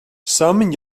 some